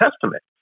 Testament